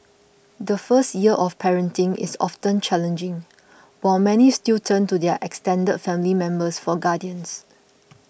the first year of parenting is often challenging while many still turn to their extended family members for guidance